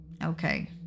Okay